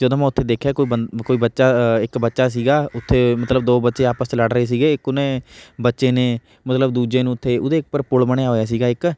ਜਦੋਂ ਮੈਂ ਉੱਥੇ ਦੇਖਿਆ ਕੋਈ ਬੰਦ ਕੋਈ ਬੱਚਾ ਇੱਕ ਬੱਚਾ ਸੀਗਾ ਉੱਥੇ ਮਤਲਬ ਦੋ ਬੱਚੇ ਆਪਸ 'ਚ ਲੜ ਰਹੇ ਸੀਗੇ ਇੱਕ ਉਹਨੇ ਬੱਚੇ ਨੇ ਮਤਲਬ ਦੂਜੇ ਨੂੰ ਉੱਥੇ ਉਹਦੇ ਇੱਕ ਪਰ ਪੁਲ ਬਣਿਆ ਹੋਇਆ ਸੀਗਾ ਇੱਕ